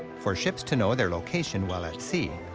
for ships to know their location while at sea,